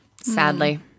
sadly